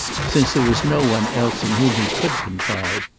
since there was no one else in whom he could confide.